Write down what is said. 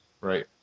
right